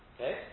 Okay